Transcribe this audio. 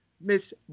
Miss